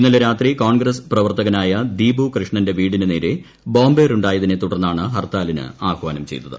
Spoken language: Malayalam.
ഇന്നലെ രാത്രി കോൺഗ്രസ് പ്രവർത്തകനായ ദീപു കൃഷ്ണന്റെ വീടിനു നേരെ ബോംബേറുണ്ടായതിനെ തുടർന്നാണ് ഹർത്താലിന് ആഹാനം ചെയ്തത്